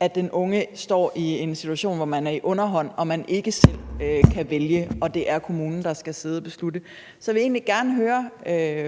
lige præcis stå i en situation, hvor vedkommende er i underhånd og ikke selv kan vælge og det er kommunen, der skal sidde og beslutte det. Så vil jeg egentlig gerne høre